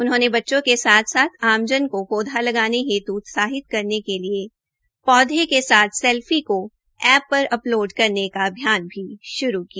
उन्होंने बच्चों के साथ साथ आमजन को पौधा लगाने हेत् उत्साहित करने के लिए पौधे के साथ सेल्फी को एप पर अपलोड करने का अभियान भी श्रु किया